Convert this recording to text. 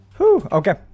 Okay